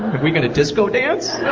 we gonna disco dance?